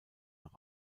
nach